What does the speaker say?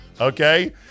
Okay